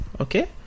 Okay